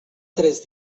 tres